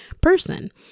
person